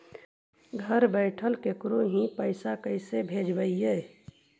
घर बैठल केकरो ही पैसा कैसे भेजबइ?